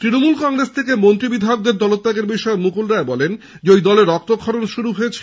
তৃণমূল কংগ্রেস থেকে মন্ত্রী বিধায়কদের দলত্যাগের বিষয়ে মুকুল রায় বলেন ওই দলে রক্তক্ষরণ শুরু হয়েছে